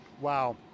Wow